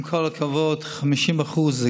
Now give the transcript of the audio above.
עם כל הכבוד, 50% זה